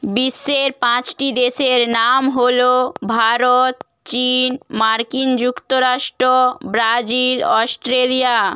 বিশ্বের পাঁচটি দেশের নাম হলো ভারত চীন মার্কিন যুক্তরাষ্ট্র ব্রাজিল অস্ট্রেলিয়া